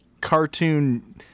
cartoon